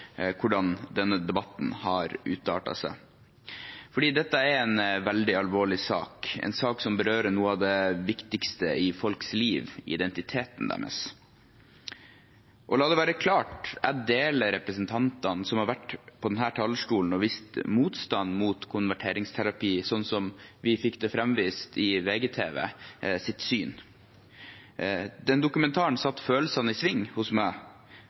hvordan denne debatten har artet seg. Dette er en veldig alvorlig sak, en sak som berører noe av det viktigste i folks liv, identiteten deres. La det være klart: Jeg deler syn med de representantene som har vært på denne talerstolen og vist motstand mot konverteringsterapi, slik vi har fått det framvist i VGTV. Den dokumentaren satte følelsene i sving hos meg,